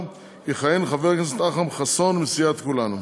יכהן חבר הכנסת אכרם חסון מסיעת כולנו.